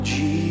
Jesus